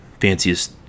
fanciest